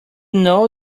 know